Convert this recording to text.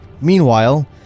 Meanwhile